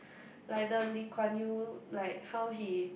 like the Lee Kuan Yew like how he